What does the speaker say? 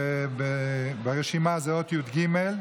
ברשימה זה י"ג,